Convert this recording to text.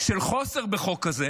של חוסר בחוק כזה